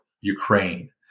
Ukraine